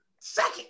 second